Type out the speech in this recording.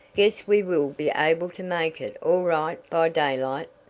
guess we will be able to make it all right by daylight.